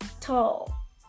tall